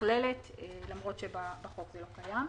נכללת אף על פי שבחוק זה לא קיים.